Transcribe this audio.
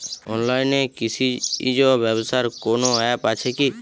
অনলাইনে কৃষিজ ব্যবসার কোন আ্যপ আছে কি?